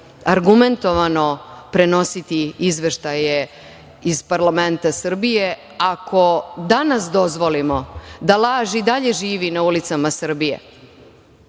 argumentovano prenositi izveštaje iz parlamenta Srbije. Ako danas dozvolimo da laž i dalje živi na ulicama Srbije,